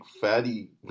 fatty